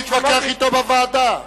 תתווכח אתו בוועדה.